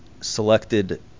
selected